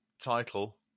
title